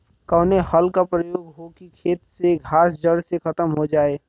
कवने हल क प्रयोग हो कि खेत से घास जड़ से खतम हो जाए?